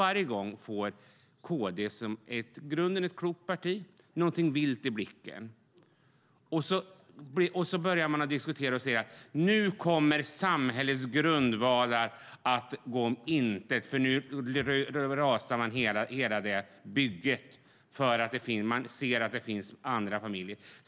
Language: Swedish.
Varje gång får KD, som i grunden är ett klokt parti, något vilt i blicken och säger att nu kommer samhällets grundvalar att gå om intet, nu raseras hela bygget genom att det finns andra familjer.